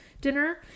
dinner